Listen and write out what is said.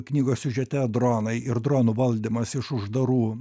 knygos siužete dronai ir dronų valdymas iš uždarų